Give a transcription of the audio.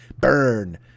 Burn